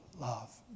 love